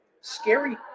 scary